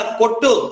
kotu